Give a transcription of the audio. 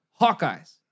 Hawkeyes